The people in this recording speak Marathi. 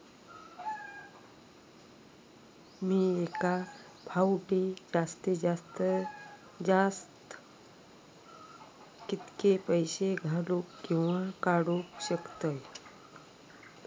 मी एका फाउटी जास्तीत जास्त कितके पैसे घालूक किवा काडूक शकतय?